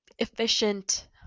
efficient